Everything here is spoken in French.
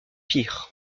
pear